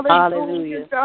Hallelujah